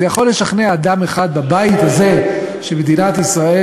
זה יכול לשכנע אדם אחד בבית הזה שמדינת ישראל